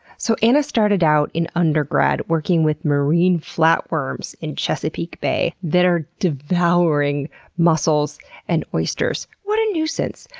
so anna started out in undergrad working with marine flatworms in chesapeake bay that are devouring mussels and oysters. what a nuisance!